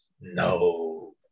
no